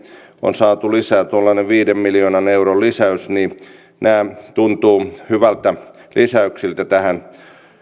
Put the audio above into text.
on saatu tuollainen viiden miljoonan euron lisäys nämä tuntuvat hyviltä lisäyksiltä tähän